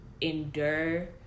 endure